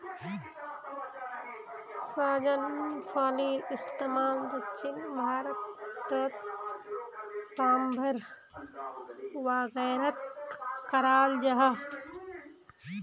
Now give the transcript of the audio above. सहजन फलिर इस्तेमाल दक्षिण भारतोत साम्भर वागैरहत कराल जहा